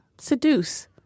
seduce